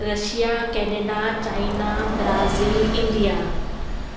Russia Canada China Brazil India